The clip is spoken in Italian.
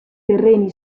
terreni